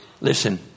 Listen